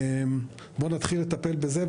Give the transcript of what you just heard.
בוא נתחיל לטפל בזה.